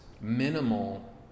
minimal